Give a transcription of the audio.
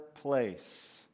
place